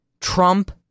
Trump